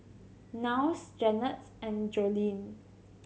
Niles Jannette and Joleen